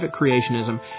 creationism